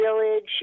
Village